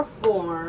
four